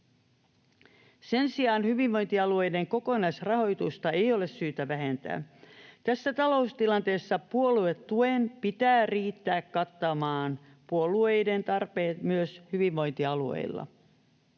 Sen sijaan hyvinvointialueiden kokonaisrahoitusta ei ole syytä vähentää. Tässä taloustilanteessa puoluetuen pitää riittää kattamaan puolueiden tarpeet myös hyvinvointialueilla.